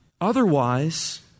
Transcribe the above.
Otherwise